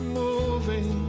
moving